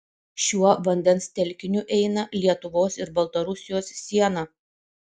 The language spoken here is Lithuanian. šiuo vandens telkiniu eina lietuvos ir baltarusijos siena